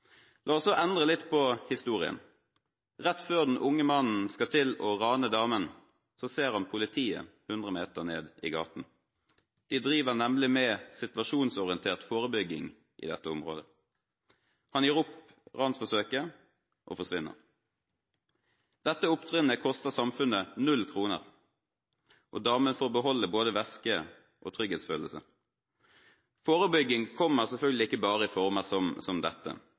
La oss så endre litt på historien. Rett før den unge mannen skal til å rane damen, ser han politiet hundre meter nedi gaten. De driver nemlig med situasjonsorientert forebygging i dette området. Han gir opp ransforsøket og forsvinner. Dette opptrinnet koster samfunnet null kroner, og damen får beholde både veske og trygghetsfølelse. Forebygging kommer selvfølgelig ikke bare i former som dette. Effektiv forebygging kan like gjerne komme fra Natteravnene eller den gode læreren som